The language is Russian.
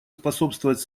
способствовать